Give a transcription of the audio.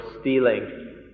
stealing